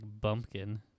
bumpkin